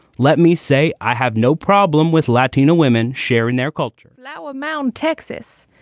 let me say i have no problem with latina women sharing their culture ladwa mound, texas.